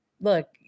Look